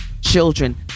children